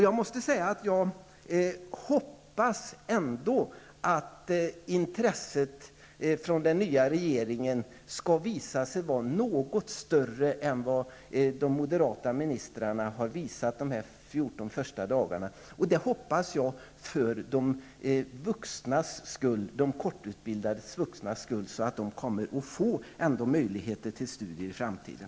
Jag måste säga att jag ändå hoppas att intresset från den nya regeringen skall visa sig vara något större än vad de moderata ministrarna har visat de 14 första dagarna. Det hoppas jag för de kortutbildade vuxnas skull, så att de kommer att få möjlighet till studier i framtiden.